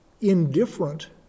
indifferent